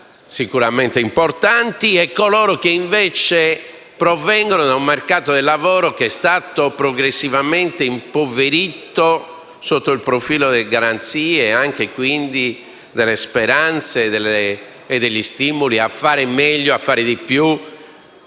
sicuramente importanti e coloro che provengono da un mercato del lavoro che è stato progressivamente impoverito sotto il profilo delle garanzie e quindi delle speranze e degli stimoli a fare meglio, a fare di più